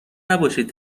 نباشید